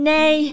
Nay